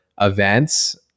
events